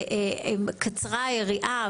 וקצרה היריעה,